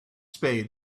spade